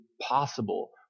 possible